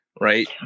right